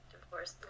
Divorce